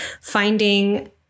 finding